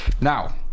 now